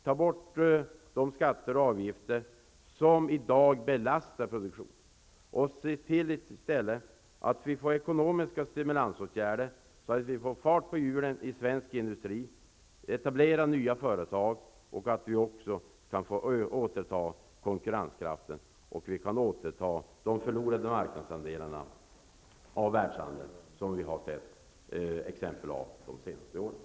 Ta bort de skatter och avgifter som i dag belastar produktionen och se i stället till att vi får ekonomiska stimulansåtgärder, så att vi får fart på hjulen i svensk industri, så att nya företag etableras och så att vi kan återta konkurrenskraften och de andelar av världshandeln som vi har förlorat de senaste åren!